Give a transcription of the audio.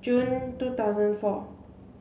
June two thousand four